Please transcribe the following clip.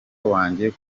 wanjye